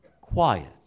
Quiet